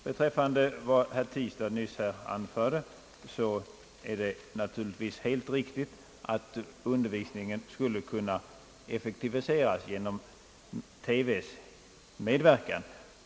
Beträffande vad herr Tistad nyss anförde är det naturligtvis helt riktigt att undervisningen skulle kunna effektiviseras genom TV:s medverkan.